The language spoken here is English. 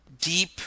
deep